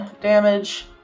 damage